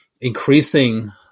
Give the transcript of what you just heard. increasing